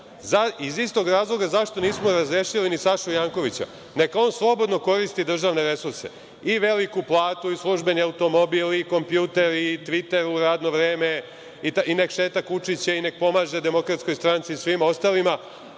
Iz istog razloga zašto nismo razrešili ni Sašu Jankovića. Neka on slobodno koristi državne resurse, i veliku platu, i službeni automobil, i kompjuter, i Tviter u radno vreme, i nek šeta kučiće, nek pomaže DS-u i svima ostalima,